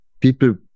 People